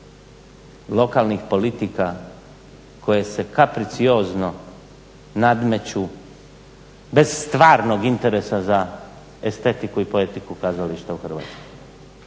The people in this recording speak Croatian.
lokalnih politika koje se kapriciozno nadmeću bez stvarnog interesa za estetiku i poetiku kazališta u Hrvatskoj.